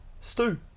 stew